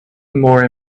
more